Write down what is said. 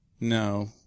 No